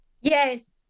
Yes